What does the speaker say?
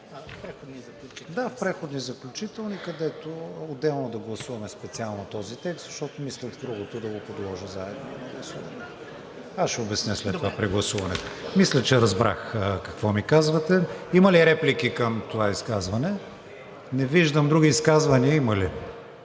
в Преходните и заключителните разпоредби, където отделно да гласуваме специално този текст, защото мислех другото да го подложа заедно на гласуване. Аз ще обясня след това при гласуването. Мисля, че разбрах какво ми казвате. Има ли реплики към това изказване? Не виждам. Други изказвания има ли?